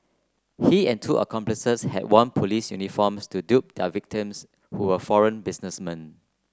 he and two accomplices had worn police uniforms to dupe their victims who were foreign businessmen